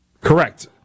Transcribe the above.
Correct